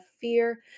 fear